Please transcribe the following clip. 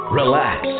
relax